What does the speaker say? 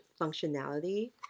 functionality